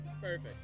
Perfect